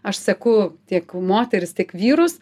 aš seku tiek moteris tiek vyrus